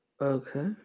Okay